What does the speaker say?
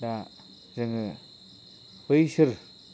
दा जोङो बैसोर